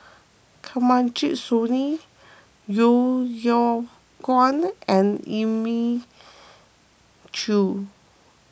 Kanwaljit Soin Yeo Yeow Kwang and Elim Chew